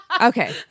Okay